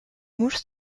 mouches